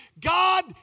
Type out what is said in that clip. God